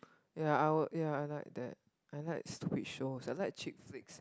ya I would ya I like that I like stupid shows I like cheap flicks